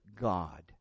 God